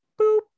boop